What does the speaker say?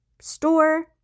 store